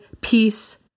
peace